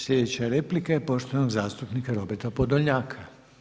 Slijedeća replika je poštovanog zastupnika Roberta Podolnjaka.